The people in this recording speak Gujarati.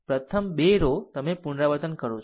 પ્રથમ 2 રો તમે પુનરાવર્તન કરો છો